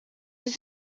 was